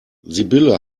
sibylle